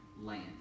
land